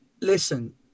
Listen